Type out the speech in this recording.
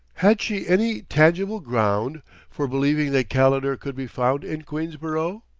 had she any tangible ground for believing that calendar could be found in queensborough?